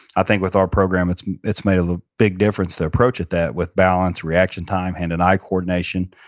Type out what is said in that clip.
i think with our program it's it's made a big difference, to approach at that with balance, reaction time, hand and eye coordination.